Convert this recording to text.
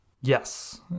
Yes